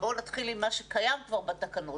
בואו נתחיל עם מה שקיים כבר בתקנות,